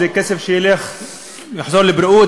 זה כסף שיחזור לבריאות,